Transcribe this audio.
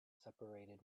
separated